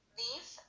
leave